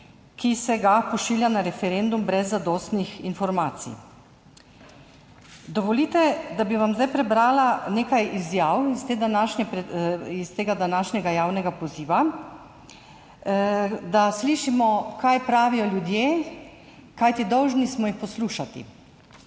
ki se ga pošilja na referendum brez zadostnih informacij. Dovolite, da bi vam zdaj prebrala nekaj izjav iz te današnje, iz tega današnjega javnega poziva, da slišimo, kaj pravijo ljudje, kajti dolžni smo jih poslušati.